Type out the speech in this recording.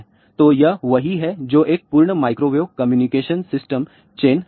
तो यह वही है जो एक पूर्ण माइक्रोवेव कम्युनिकेशन सिस्टम चेन है